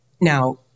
Now